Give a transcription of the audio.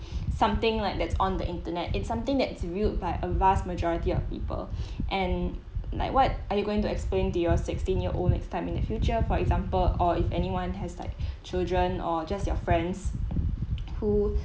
something like that's on the internet it's something that's viewed by a vast majority of people and like what are you going to explain to your sixteen-year-old next time in the future for example or if anyone has like children or just your friends who